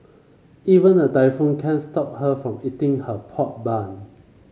even a typhoon can't stop her from eating her pork bun